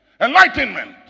enlightenment